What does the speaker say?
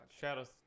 shadows